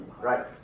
Right